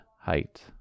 height